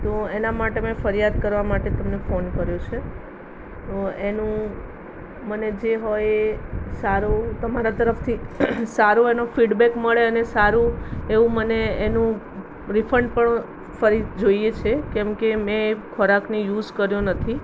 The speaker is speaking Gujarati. તો એના માટે મેં ફરિયાદ કરવા માટે તમને ફોન કર્યો છે તો એનું મને જે હોય એ સારું તમારા તરફથી સારો એનો ફિડબેક મળે અને સારું એવું મને એનું રિફંડ પણ ફરી જોઈએ છે કેમકે મેં એ ખોરાકને યુસ કર્યો નથી